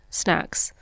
snacks